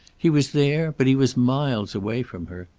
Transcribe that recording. he was there, but he was miles away from her.